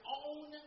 own